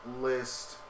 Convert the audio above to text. list